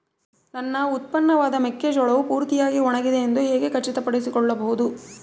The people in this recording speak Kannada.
ನನ್ನ ಉತ್ಪನ್ನವಾದ ಮೆಕ್ಕೆಜೋಳವು ಪೂರ್ತಿಯಾಗಿ ಒಣಗಿದೆ ಎಂದು ಹೇಗೆ ಖಚಿತಪಡಿಸಿಕೊಳ್ಳಬಹುದು?